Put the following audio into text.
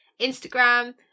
Instagram